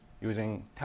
using